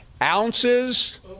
ounces